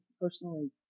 personally